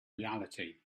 reality